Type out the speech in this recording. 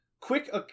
Quick